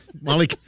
Molly